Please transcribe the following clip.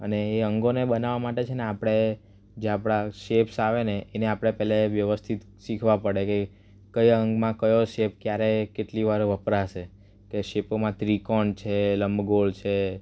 અને એ અંગોને બનાવવા માટે છે ને આપડે જે આપડા શેપ્સ આવે ને એને આપડે પહેલા વ્યવસ્થિત શીખવા પડે કે કયા અંગમાં કયો શેપ ક્યારે કેટલી વાર વપરાશે કે શેપોમાં ત્રિકોણ છે લંબગોળ છે